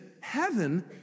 heaven